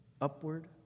upward